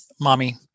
mommy